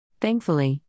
Thankfully